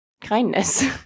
kindness